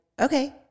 okay